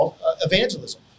evangelism